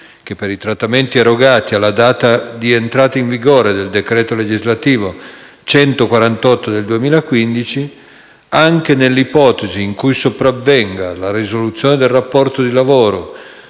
che per i trattamenti erogati alla data di entrata in vigore del decreto legislativo n. 148 del 2015, anche nell'ipotesi in cui sopravvenga la risoluzione del rapporto di lavoro,